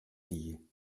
sie